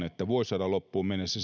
että vuosisadan loppuun mennessä